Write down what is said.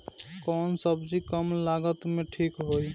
कौन सबजी कम लागत मे ठिक होई?